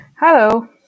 Hello